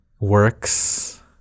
works